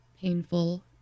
painful